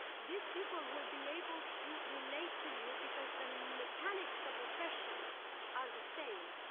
these people will be able to relate to you because the mechanics of oppression are the same.